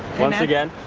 once again.